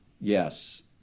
yes